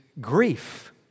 grief